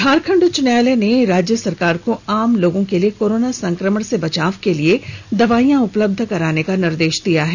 झारखंड उच्च न्यायालय ने राज्य सरकार को आम लोगों के लिए कोरोना संकमण से बचाव के लिए दवाईयां उपलब्ध कराने का निर्देश दिया है